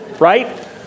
right